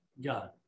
God